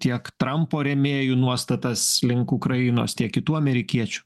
tiek trampo rėmėjų nuostatas link ukrainos tiek kitų amerikiečių